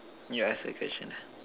need to ask that question ah